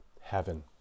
heaven